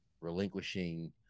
relinquishing